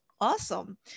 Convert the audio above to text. awesome